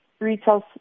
Retail